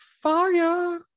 fire